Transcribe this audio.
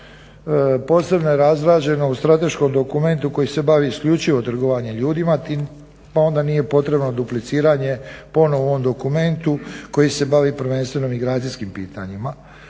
posebno je razrađeno u strateškom dokumentu koji se bavi isključivo trgovanjem ljudima pa onda nije potrebno dupliciranje ponovno u ovom dokumentu koji se bavi prvenstveno migracijskim pitanjima.